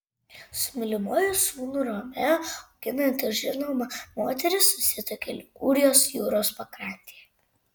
su mylimuoju sūnų romeo auginanti žinoma moteris susituokė ligūrijos jūros pakrantėje